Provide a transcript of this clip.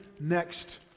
next